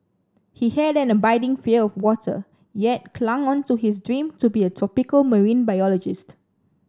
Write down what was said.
he had an abiding fear of water yet clung on to his dream to be a tropical marine biologist